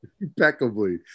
impeccably